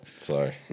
Sorry